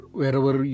wherever